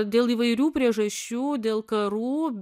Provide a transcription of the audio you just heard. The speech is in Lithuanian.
dėl įvairių priežasčių dėl karų